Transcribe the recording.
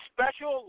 Special